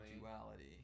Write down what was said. duality